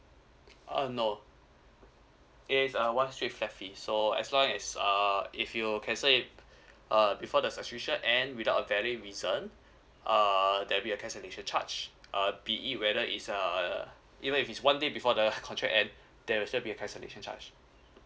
uh no is a one straight so as long as uh if you cancel it uh before the subscription end without a valid reason err there will be a cancellation charge err be it whether it's a uh even if it's one day before the contract end there will still be a cancellation charge